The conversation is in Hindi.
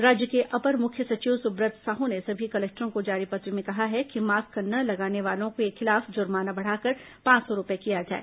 राज्य के अपर मुख्य सचिव सुव्रत साहू ने सभी कलेक्टरों को जारी पत्र में कहा है कि मास्क न लगाने वालों के खिलाफ जुर्माना बढ़ाकर पांच सौ रूपए किया जाए